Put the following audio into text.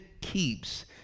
keeps